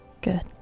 Good